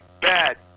bad